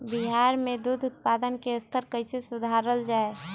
बिहार में दूध उत्पादन के स्तर कइसे सुधारल जाय